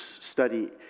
study